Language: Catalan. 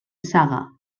saga